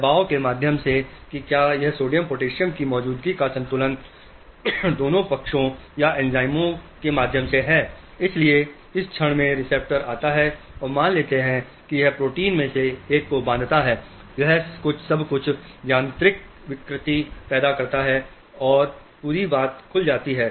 दबाव के माध्यम से कि क्या यह सोडियम पोटेशियम की मौजूदगी का संतुलन दोनों पक्षों या एंजाइमों के माध्यम से है इसलिए इस क्षण में रिसेप्टर आता है और मान लेता है कि यह प्रोटीन में से एक को बांधता है यह कुछ यांत्रिक विकृति पैदा करता है और पूरी बात खुल जाती है